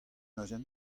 neuze